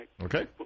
Okay